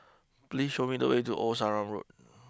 please show me the way to Old Sarum Road